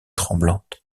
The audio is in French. tremblante